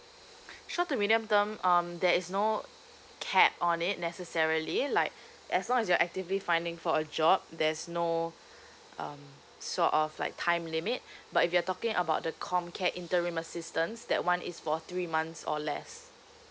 short to medium term um there is no cap on it necessarily like as long as you're actively finding for a job there's no um sort of like time limit but if you're talking about the comcare interim assistance that one is for three months or less